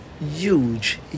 huge